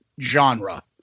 genre